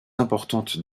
importante